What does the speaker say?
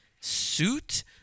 suit